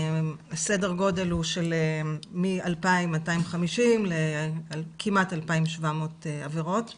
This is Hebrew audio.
סדר הגודל הוא מ-2,250 לכמעט 2,700 עבירות ב-2019,